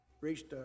reached